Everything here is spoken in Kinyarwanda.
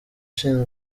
ushinzwe